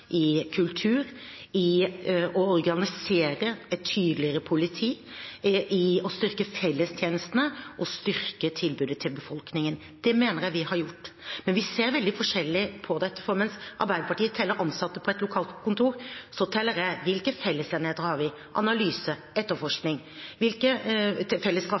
i kriseledelse, i kultur, i å organisere et tydeligere politi, i å styrke fellestjenestene og å styrke tilbudet til befolkningen. Det mener jeg at vi har gjort. Men vi ser veldig forskjellig på dette. Mens Arbeiderpartiet teller ansatte på et lokalt kontor, teller jeg: Hvilke fellesenheter har vi – analyse,